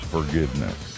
Forgiveness